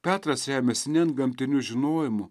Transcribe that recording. petras remiasi ne antgamtiniu žinojimu